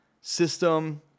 system